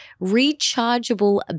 rechargeable